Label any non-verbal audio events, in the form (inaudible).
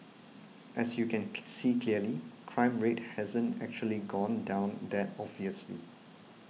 as you can (noise) see clearly crime rate hasn't actually gone down that obviously